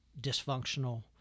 dysfunctional